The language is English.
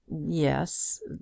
yes